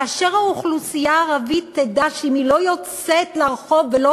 כאשר האוכלוסייה תדע שאם היא לא יוצאת לרחוב ולא